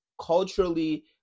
culturally